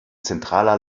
zentraler